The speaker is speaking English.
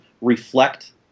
reflect